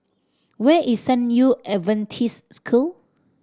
where is San Yu Adventist School